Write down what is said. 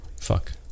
fuck